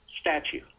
statue